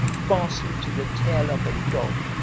fastened to the tail of a dog,